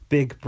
Big